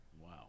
Wow